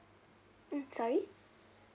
mm sorry